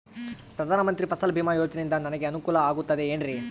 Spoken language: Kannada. ಪ್ರಧಾನ ಮಂತ್ರಿ ಫಸಲ್ ಭೇಮಾ ಯೋಜನೆಯಿಂದ ನನಗೆ ಅನುಕೂಲ ಆಗುತ್ತದೆ ಎನ್ರಿ?